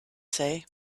say